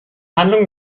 handlung